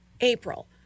April